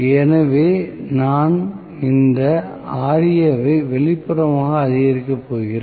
எனவே நான் இந்த Ra வை வெளிப்புறமாக அதிகரிக்கப் போகிறேன்